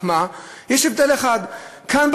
יש הבדל אחד: כאן,